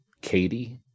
Katie